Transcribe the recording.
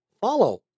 follow